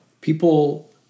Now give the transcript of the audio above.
people